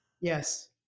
Yes